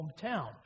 hometown